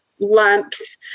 lumps